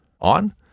on